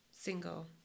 single